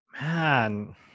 Man